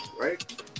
right